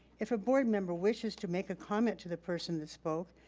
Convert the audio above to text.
if a board member wishes to make a comment to the person that spoke,